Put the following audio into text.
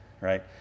right